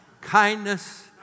kindness